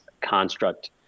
construct